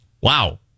Wow